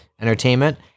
entertainment